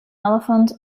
elephant